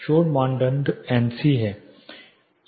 शोर मानदंड एनसी हैं